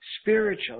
Spiritual